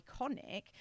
iconic